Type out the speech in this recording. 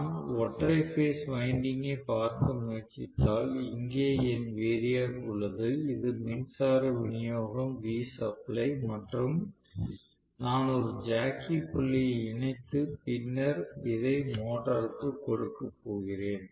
நான் ஒற்றை பேஸ் வைண்டிங்கை பார்க்க முயற்சித்தால் இங்கே என் வேரியாக் உள்ளது இது மின்சார விநியோகம் Vsupply மற்றும் நான் ஒரு ஜாக்கி புள்ளியை இணைத்து பின்னர் இதை மோட்டருக்குப் கொடுக்கப் போகிறேன்